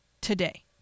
today